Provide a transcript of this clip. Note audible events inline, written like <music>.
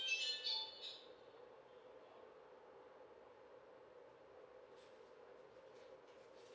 <noise>